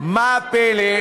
ומה הפלא,